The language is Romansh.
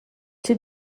chi